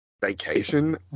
vacation